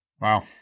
Wow